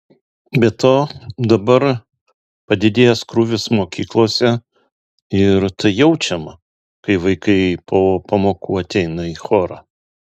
be to dabar padidėjęs krūvis mokyklose ir tai jaučiama kai vaikai po pamokų ateina į chorą